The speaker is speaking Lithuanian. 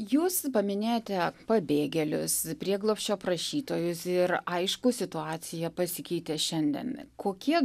jūs paminėjote pabėgėlius prieglobsčio prašytojus ir aišku situacija pasikeitė šiandien kokie